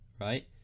right